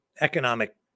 economic